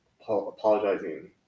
apologizing